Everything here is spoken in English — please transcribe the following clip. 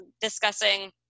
discussing